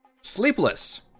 Sleepless